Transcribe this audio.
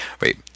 wait